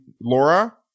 Laura